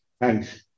Thanks